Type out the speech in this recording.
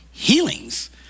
healings